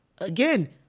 again